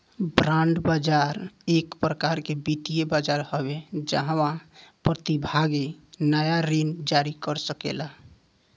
bond बाजार एक प्रकार के वित्तीय बाजार हवे जाहवा प्रतिभागी नाया ऋण जारी कर सकेला